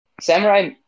samurai